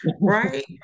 right